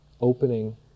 opening